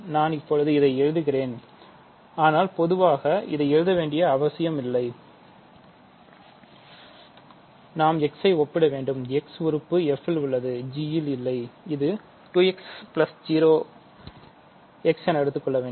நான் இப்போது இதை எழுதுகிறேன் ஆனால்பொதுவாகவும் இதை எழுதவேண்டிய அவசியமில்லை நாம் x ஐ ஒப்பிட வேண்டும் x உறுப்பு f ல் உள்ளது g ல் இல்லை இது 2 x மற்றும் 0x என எடுத்துக்கொள்ள வேண்டும்